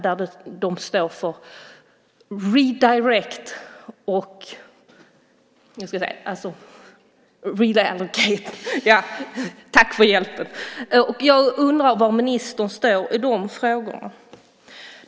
Det står då för redirect och reallocate . Jag undrar var ministern står i de frågorna.